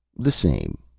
the same.